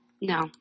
No